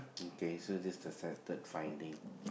okay so this the third third finding